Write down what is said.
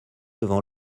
devant